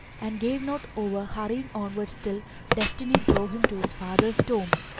and gave not over hurrying onwards till destiny drove him to his father's tomb.